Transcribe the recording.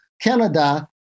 Canada